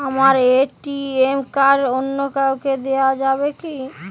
আমার ATM card অন্য কাউকে দেওয়া যাবে কি?